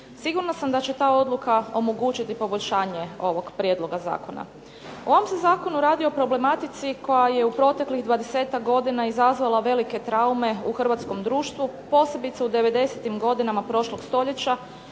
Sigurna sam da će ta odluka omogućiti poboljšanje ovog prijedloga zakona. U ovom se zakonu radi o problematici koja je u proteklih 20-ak godina izazvala velike traume u hrvatskom društvu, posebice u 90-im godinama prošlog stoljeća,